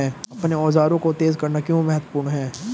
अपने औजारों को तेज करना क्यों महत्वपूर्ण है?